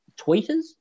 tweeters